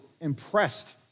impressed